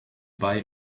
buy